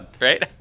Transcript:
right